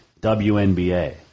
WNBA